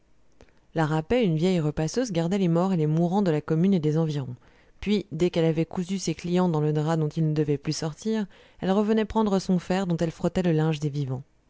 la rapet une vieille repasseuse gardait les morts et les mourants de la commune et des environs puis dès qu'elle avait cousu ses clients dans le drap dont ils ne devaient plus sortir elle revenait prendre son fer dont elle frottait le linge des vivants